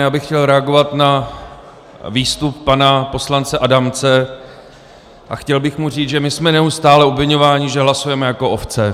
Já bych chtěl reagovat na výstup pana poslance Adamce a chtěl bych mu říct, že my jsme neustále obviňováni, že hlasujeme jako ovce.